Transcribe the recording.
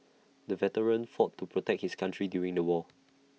the veteran fought to protect his country during the war